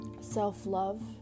self-love